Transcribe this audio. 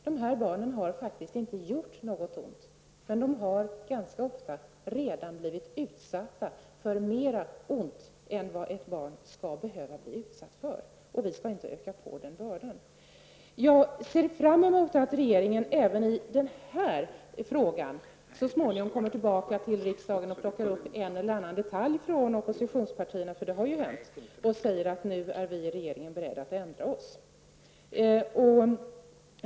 De här barnen har faktiskt inte gjort något ont utan har ganska ofta redan blivit utsatta för mera ont än ett barn skall bli utsatt för. Vi skall inte öka på den bördan. Jag ser fram emot att regeringen även i den här frågan så småningom kommer tillbaka till riksdagen och plockar upp en eller annan detalj från oppositionspartierna -- det har ju hänt -- och säger att vi i regeringen är beredda att ändra oss.